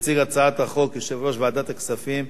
יציג את הצעת החוק יושב-ראש ועדת הכספים,